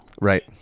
Right